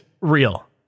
real